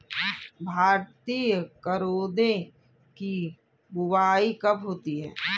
भारतीय करौदे की बुवाई कब होती है?